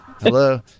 Hello